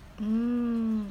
mm